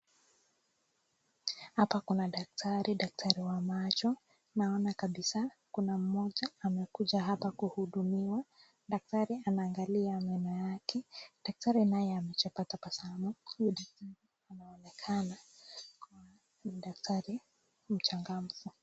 Hapa kuna daktari, daktari wa macho, naona kabisaa kuna mmoja amekuja hapa kuhudumiwa, daktari anaangalia meno yake, daktari naye amechapa tabasamu huyu daktari anaonekana kuwa ni daktari mchangamfu.